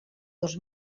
dos